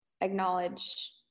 acknowledge